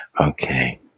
Okay